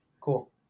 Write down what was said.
cool